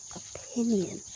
opinion